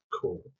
cool